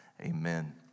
amen